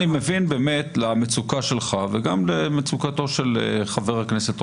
אני מבין את המצוקה שלך וגם את מצוקתו של חבר הכנסת רוטמן.